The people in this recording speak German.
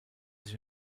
sich